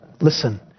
Listen